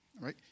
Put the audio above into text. right